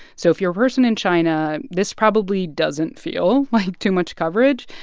so if you're a person in china, this probably doesn't feel like too much coverage.